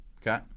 Okay